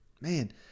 man